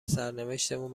سرنوشتمون